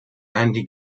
andy